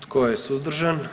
Tko je suzdržan?